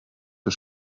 für